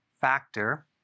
Factor